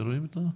לספק.